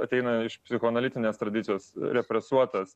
ateina iš psichoanalitinės tradicijos represuotas